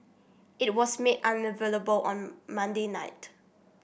it was made unavailable on Monday night